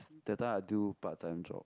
that time I do part time job